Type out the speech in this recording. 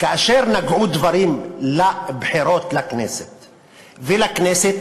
כאשר הדברים נגעו לבחירות לכנסת ולכנסת,